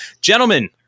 gentlemen